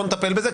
בוא נטפל בזה,